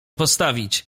postawić